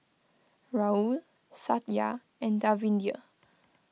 Rahul Satya and Davinder